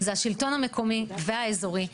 הם השלטון המקומי והאזורי,